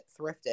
thrifted